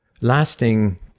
Lasting